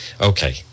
Okay